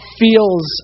feels